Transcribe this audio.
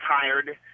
tired